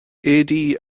éadaí